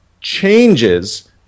changes